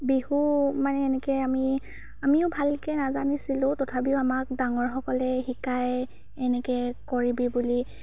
বিহু মানে এনেকৈ আমি আমিও ভালকৈ নাজানিছিলো তথাপিও আমাক ডাঙৰসকলে শিকায় এনেকৈ কৰিবি বুলি